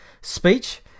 speech